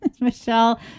Michelle